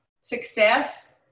success